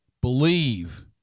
believe